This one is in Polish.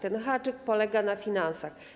Ten haczyk polega na finansach.